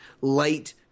light